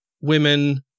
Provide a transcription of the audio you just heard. women